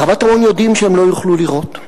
ברבת-עמון יודעים שהם לא יוכלו לירות.